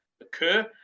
occur